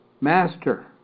master